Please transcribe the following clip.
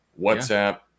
WhatsApp